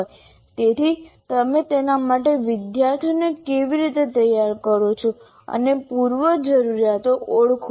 તેથી તમે તેના માટે વિદ્યાર્થીઓને કેવી રીતે તૈયાર કરો છો અને પૂર્વજરૂરીયાતો ઓળખો